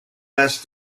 less